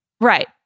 Right